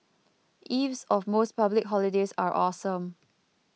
eves of most public holidays are awesome